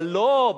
אבל לא,